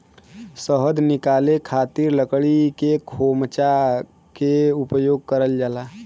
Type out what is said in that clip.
शहद निकाले खातिर लकड़ी के खोमचा के उपयोग करल जाला